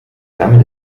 damit